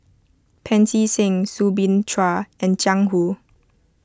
Pancy Seng Soo Bin Chua and Jiang Hu